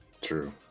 True